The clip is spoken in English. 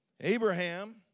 Abraham